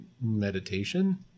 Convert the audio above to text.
meditation